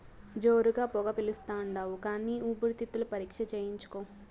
జోరుగా పొగ పిలిస్తాండావు కానీ ఊపిరితిత్తుల పరీక్ష చేయించుకో